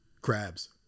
Crabs